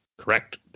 Correct